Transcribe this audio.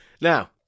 Now